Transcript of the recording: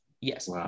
Yes